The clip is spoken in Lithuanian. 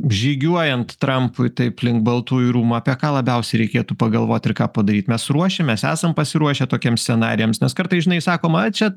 žygiuojant trampui taip link baltųjų rūmų apie ką labiausiai reikėtų pagalvot ir ką padaryt mes ruošiamės esam pasiruošę tokiems scenarijams nes kartais žinai sakoma ai čia